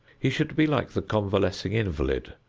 he should be like the convalescing invalid,